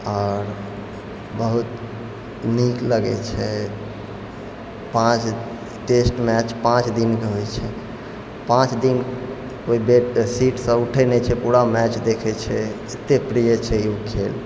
आओर बहुत नीक लगै छै पाँच टेस्ट मैच पाँच दिनके होइ छै पाँच दिन ओहिबेर सीटसँ उठै नहि छै पूरा मैच देखै छै एते प्रिय छै ओ खेल